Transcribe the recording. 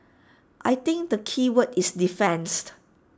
I think the keyword is defence